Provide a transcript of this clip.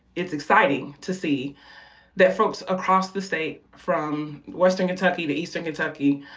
it's exciting to see that folks across the state, from western kentucky to eastern kentucky,